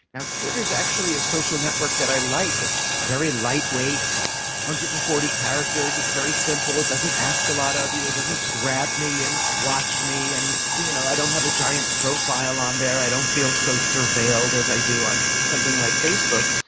now, twitter is actually a social network that i like, it's very lightweight, it's one hundred and forty characters, it's very simple, doesn't ask a lot of you, it doesn't grab me and watch me, and you know i don't have a giant profile on there, i don't feel so surveilled as i do on something like facebook.